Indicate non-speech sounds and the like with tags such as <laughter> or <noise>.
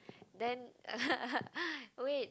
then <laughs> wait